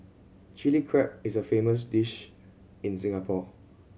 Chilli Crab is a famous dish in Singapore